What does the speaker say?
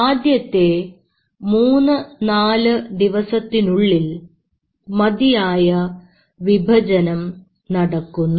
ആദ്യത്തെ 3 4 ദിവസത്തിനുള്ളിൽ മതിയായ വിഭജനം നടക്കുന്നു